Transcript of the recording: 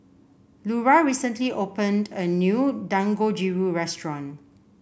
Lura recently opened a new Dangojiru Restaurant